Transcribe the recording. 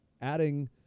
adding